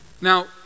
Now